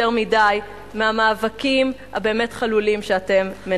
מדי מהמאבקים הבאמת חלולים שאתם מנהלים.